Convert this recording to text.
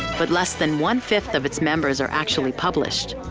but less than one five of its members are actually published.